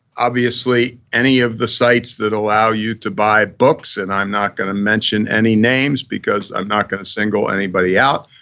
obviously any of the sites that allow you to buy books. and i'm not gonna mention any names because i'm not gonna single anybody out.